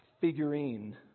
figurine